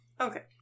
Okay